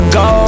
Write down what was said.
go